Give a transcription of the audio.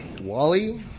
Wally